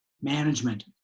management